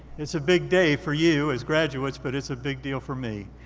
it's a big day for you as graduates, but it's a big deal for me.